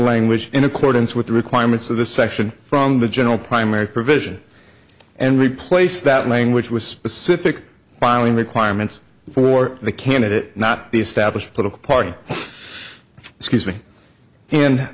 language in accordance with the requirements of the section from the general primary provision and replace that language with specific filing requirements for the candidate not the established political party excuse me